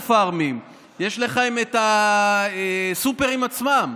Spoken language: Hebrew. סופר-פארמים, יש לכם את הסופרים עצמם.